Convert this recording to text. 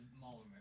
mall